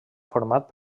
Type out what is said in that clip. format